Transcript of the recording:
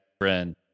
friend